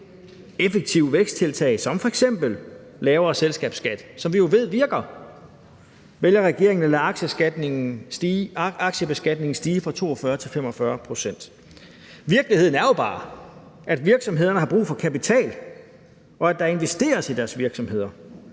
effektivt væksttiltag som f.eks. lavere selskabsskat, som vi jo ved virker, vælger regeringen at lade aktiebeskatningen stige fra 42 til 45 pct. Virkeligheden er jo bare, at virksomhederne har brug for kapital, og at der investeres i deres virksomheder.